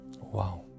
Wow